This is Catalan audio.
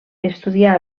estudià